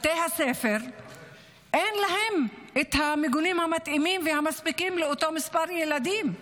לבתי הספר אין את המיגונים המתאימים והמספיקים לאותו מספר ילדים.